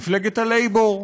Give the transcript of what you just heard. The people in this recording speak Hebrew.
מפלגת הלייבור,